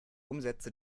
umsätze